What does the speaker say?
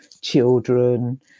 children